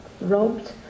robbed